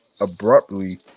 abruptly